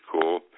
cool